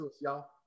y'all